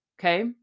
Okay